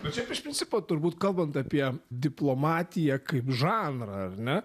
bet šiaip iš principo turbūt kalbant apie diplomatiją kaip žanrą ar ne